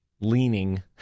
leaning